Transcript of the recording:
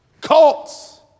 cults